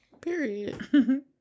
Period